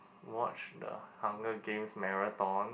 watch the Hunger Game Marathon